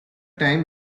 time